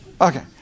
okay